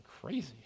crazy